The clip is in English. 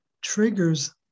triggers